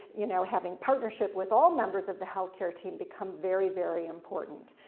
you know, having partnership with all members of the healthcare team become very, very important.